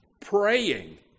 praying